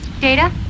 Data